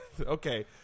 Okay